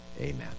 Amen